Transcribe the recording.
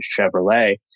Chevrolet